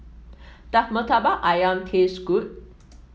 does Murtabak ayam taste good